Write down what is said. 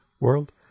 world